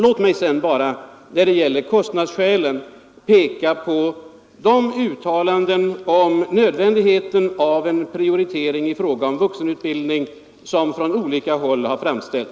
Låt mig sedan när det gäller kostnadsskälen bara peka på de uttalanden om nödvändigheten av en prioritering i fråga om vuxenutbildningen som har gjorts från olika håll.